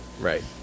Right